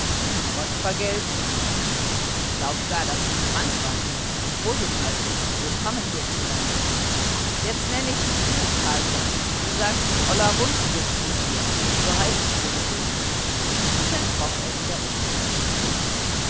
gott vergelts ihm ich glaub gar das ist branntwein prosit also und willkommen hierzulande jetzt nenne ich dich du carlsson und du sagst toller rundquist zu mir denn so heiß ich für gewöhnlich und dann kroch er wieder unter seine bettdecke